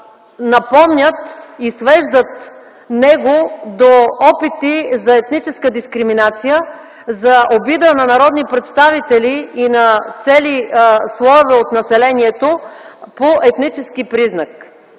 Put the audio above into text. напомнят и свеждат него до опити за етническа дискриминация, за обида на народни представители и на цели слоеве от населението по етнически признак.